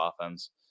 offense